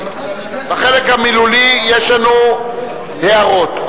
בחלק המילולי יש לנו הערות.